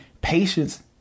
patience